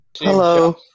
Hello